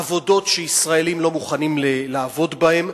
עבודות שישראלים לא מוכנים לעבוד בהן.